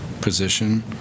position